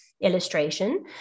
illustration